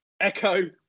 echo